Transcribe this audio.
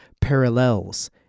parallels—